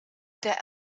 der